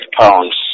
pounds